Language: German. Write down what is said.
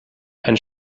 ein